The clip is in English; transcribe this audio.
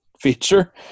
feature